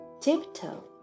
tiptoe